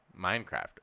Minecraft